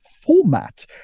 format